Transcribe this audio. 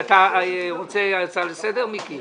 אתה רוצה להצעה לסדר, מיקי?